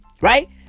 Right